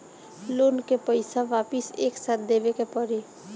Loan का पईसा वापिस एक साथ देबेके पड़ी?